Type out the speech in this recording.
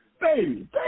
baby